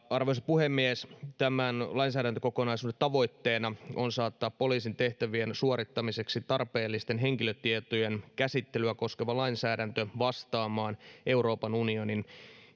arvoisa puhemies tämän lainsäädäntökokonaisuuden tavoitteena on saattaa poliisin tehtävien suorittamiseksi tarpeellisten henkilötietojen käsittelyä koskeva lainsäädäntö vastaamaan euroopan unionin